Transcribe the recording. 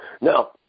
Now